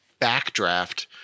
backdraft